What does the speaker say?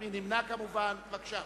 בבקשה.